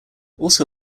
also